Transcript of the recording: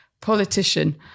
politician